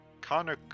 Connor